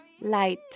light